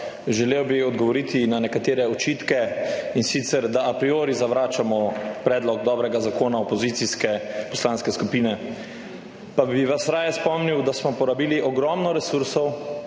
Želel bi odgovoriti na nekatere očitke, in sicer da a priori zavračamo predlog dobrega zakona opozicijske poslanske skupine. Pa bi vas raje spomnil, da smo porabili ogromno resursov,